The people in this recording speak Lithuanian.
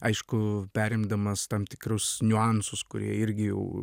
aišku perimdamas tam tikrus niuansus kurie irgi jau